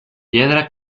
piedra